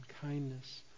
kindness